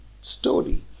story